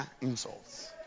insults